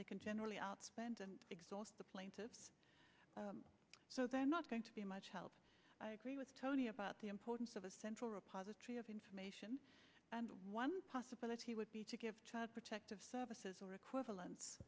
they can generally outspend and exhaust the plaintiffs so they're not going to be much help i agree with tony about the importance of a central repository of information and one possibility would be to give child protective services or equivalent